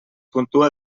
puntua